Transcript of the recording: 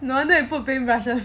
no wonder you put paintbrush